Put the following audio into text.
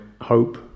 hope